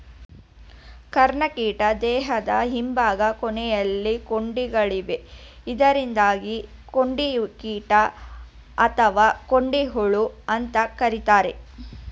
ಕರ್ಣಕೀಟ ದೇಹದ ಹಿಂಭಾಗ ಕೊನೆಲಿ ಕೊಂಡಿಗಳಿವೆ ಇದರಿಂದಾಗಿ ಕೊಂಡಿಕೀಟ ಅಥವಾ ಕೊಂಡಿಹುಳು ಅಂತ ಕರೀತಾರೆ